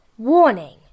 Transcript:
Warning